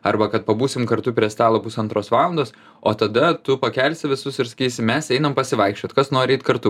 arba kad pabūsim kartu prie stalo pusantros valandos o tada tu pakelsi visus ir sakysi mes einam pasivaikščiot kas norit eit kartu